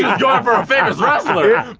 yeah for a famous wrestler! yeah